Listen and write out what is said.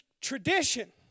tradition